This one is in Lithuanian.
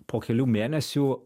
po kelių mėnesių